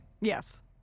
Yes